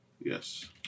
Yes